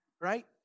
right